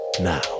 now